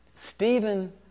Stephen